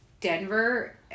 Denver